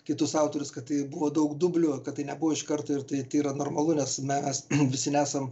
kitus autorius kad tai buvo daug dublių kad tai nebuvo iš karto ir tai tai yra normalu nes mes visi nesam